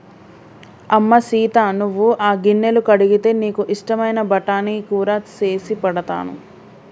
అమ్మ సీత నువ్వు ఆ గిన్నెలు కడిగితే నీకు ఇష్టమైన బఠానీ కూర సేసి పెడతాను